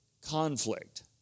conflict